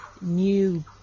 new